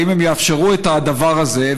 האם הם יאפשרו את הדבר הזה?